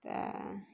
तऽ